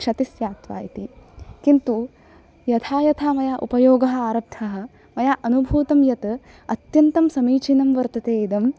क्षतिस्स्याद्वा इति किन्तु यथा यथा मया उपयोगः आरब्धः मया अनुभूतं यत् अत्यन्तं समीचीनं वर्तते इदम्